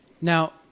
Now